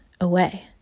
away